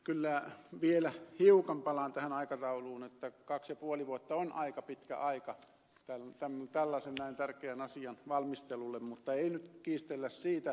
kyllä vielä hiukan palaan tähän aikatauluun että kaksi ja puoli vuotta on aika pitkä aika tällaisen näin tärkeän asian valmistelulle mutta ei nyt kiistellä siitä